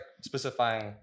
specifying